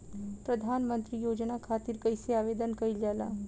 प्रधानमंत्री योजना खातिर कइसे आवेदन कइल जाला?